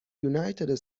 united